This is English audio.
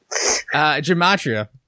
gematria